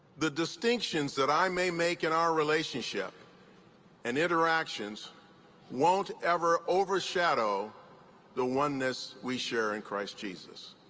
the distinctions that i may make in our relationship and interactions won't ever overshadow the oneness we share in christ jesus.